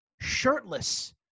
shirtless